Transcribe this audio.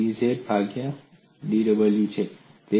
અને dz ભાગ્યા dw શું છે